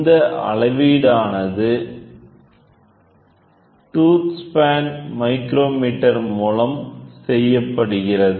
இந்த அளவீடானது tooth span micrometer மூலம் செய்யப்படுகிறது